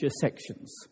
sections